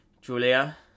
Julia